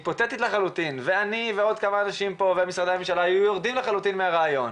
באופן היפותטי, שהיינו יורדים לחלוטין מהרעיון,